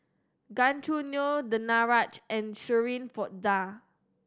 Gan Choo Neo Danaraj and Shirin Fozdar